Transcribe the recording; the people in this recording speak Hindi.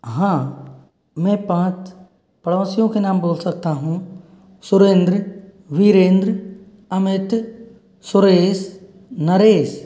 हाँ मैं पांच पड़ोसियों के नाम बोल सकता हूँ सुरेंद्र वीरेंद्र अमित सुरेश नरेश